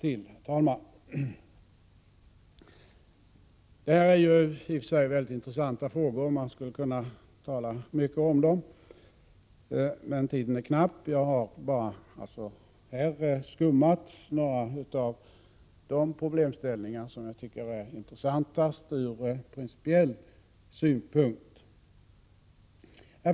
I betänkandet behandlas många frågor som i och för sig är intressanta och som man skulle kunna tala mycket om. Men tiden är knapp, och jag har här bara skummat innehållet och tagit upp några av de problemställningar som jag tycker är intressantast ur principiell synpunkt.